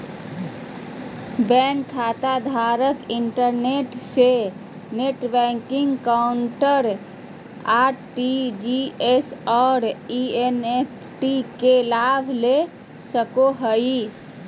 bank खाताधारक internet से net banking account, RTGS और एन.इ.एफ.टी के लाभ ले सको हइ